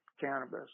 cannabis